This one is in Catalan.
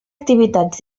activitats